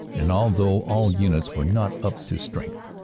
and although all units were not up to strength,